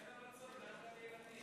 לאן להביא ילדים